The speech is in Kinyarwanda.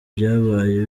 byabaye